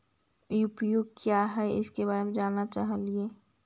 उपकरण क्या है इसके बारे मे जानल चाहेली?